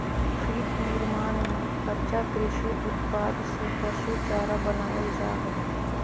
feed निर्माण में कच्चा कृषि उत्पाद से पशु चारा बनावल जा हइ